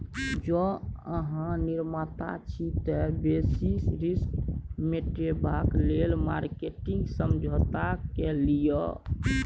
जौं अहाँ निर्माता छी तए बेसिस रिस्क मेटेबाक लेल मार्केटिंग समझौता कए लियौ